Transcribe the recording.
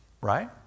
Right